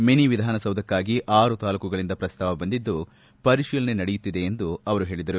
mini ವಿಧಾನಸೌಧಕ್ಕಾಗಿ ಆರು ತಾಲ್ಡೂಕುಗಳಿಂದ ಪ್ರಸ್ತಾವ ಬಂದಿದ್ಲು ಪರಿಶೀಲನೆ ನಡೆಯುತ್ತಿದೆ ಎಂದು ಹೇಳಿದರು